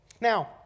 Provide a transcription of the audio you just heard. Now